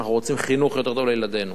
אנחנו רוצים חינוך יותר טוב לילדינו